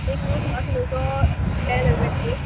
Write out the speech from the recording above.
एक न्हू धा किलोचो रेड वेलवेट केक